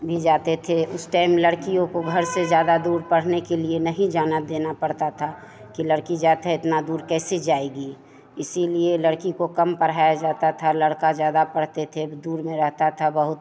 भी जाते थे उस टाइम लड़कियों को ज़्यादा दूर पढ़ने के लिए नहीं जाने देना पड़ता था कि लड़की जात है इतनी दूर कैसे जाएगी इसीलिए लड़की को कम पढ़ाया जाता था लड़का ज़्यादा पढ़ते थे दूर में रहता था बहुत